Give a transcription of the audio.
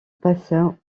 passa